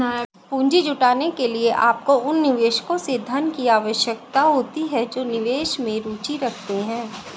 पूंजी जुटाने के लिए, आपको उन निवेशकों से धन की आवश्यकता होती है जो निवेश में रुचि रखते हैं